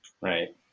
Right